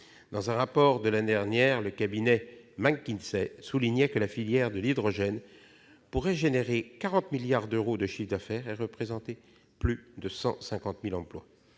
Dans un rapport publié l'année dernière, le cabinet McKinsey soulignait que la filière de l'hydrogène pourrait atteindre 40 milliards d'euros de chiffre d'affaires et représenter plus de 150 000 emplois.